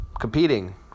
Competing